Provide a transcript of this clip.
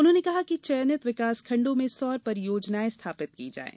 उन्होंने कहा कि चयनित विकासखण्डों में सौर परियोजनायें स्थापित की जाएँ